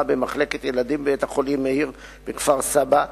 במחלקת ילדים בבית-החולים "מאיר" בכפר-סבא,